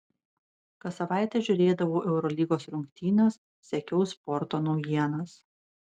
kas savaitę žiūrėdavau eurolygos rungtynes sekiau sporto naujienas